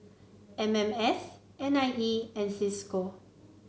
M M S N I E and Cisco